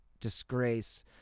disgrace